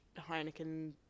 Heineken